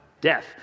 Death